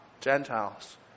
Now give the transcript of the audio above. Gentiles